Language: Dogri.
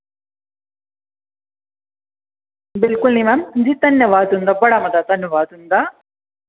बिलकुल निं मैम जी धन्नवाद तुंदा बड़ा मता धन्नवाद तुंदा